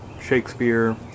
Shakespeare